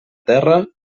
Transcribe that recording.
terra